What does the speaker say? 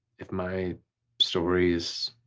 if my stories,